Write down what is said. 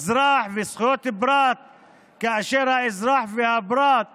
אזרח וזכויות פרט כאשר האזרח והפרט